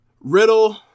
Riddle